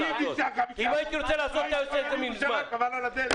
לא הגעתם להסכמה.